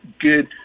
good